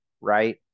right